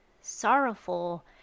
sorrowful